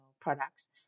products